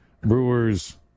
Brewers